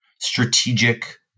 strategic